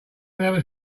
nervous